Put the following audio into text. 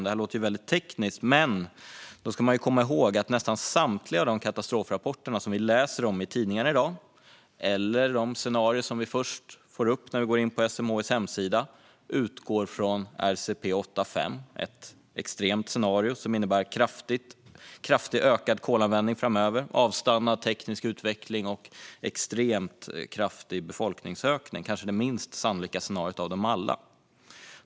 Det här låter väldigt tekniskt, men då ska man komma ihåg att nästan samtliga av de katastrofrapporter som vi läser om i tidningarna i dag eller de scenarier som vi först får upp när vi går in på SMHI:s hemsida utgår från RCP 8,5, vilket är ett extremt scenario som innebär kraftig ökad kolanvändning framöver, avstannad teknisk utveckling och extremt kraftig befolkningsökning - kanske det minst sannolika scenariot av dem alla.